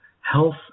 health